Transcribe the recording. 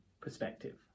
perspective